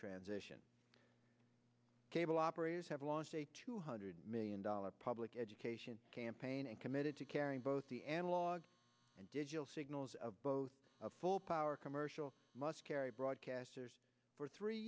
transition cable operators have launched a two hundred million dollars public education campaign and committed to carrying both the analog and digital signals of both a full power commercial must carry broadcasters for three